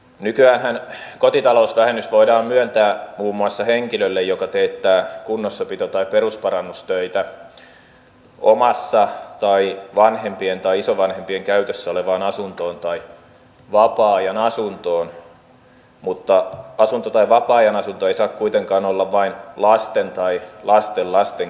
nykyäänhän kotitalousvähennys voidaan myöntää muun muassa henkilölle joka teettää kunnossapito tai perusparannustöitä omaan tai vanhempiensa tai isovanhempiensa käytössä olevaan asuntoon tai vapaa ajan asuntoon mutta asunto tai vapaa ajan asunto ei saa kuitenkaan olla vain lasten tai lastenlasten käytössä